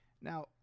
Now